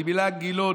עוד עם אילן גילאון,